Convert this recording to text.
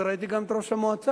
ראיתי גם את ראש המועצה